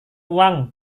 uang